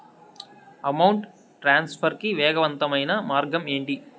amount transfer కి వేగవంతమైన మార్గం ఏంటి